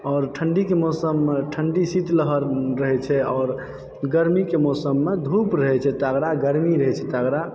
आओर ठण्डीके मौसममे ठण्डी शीतलहर रहै छै आओर गरमी के मौसम मे धूप रहै छै तगड़ा गरमी रहै छै तगड़ा